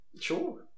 Sure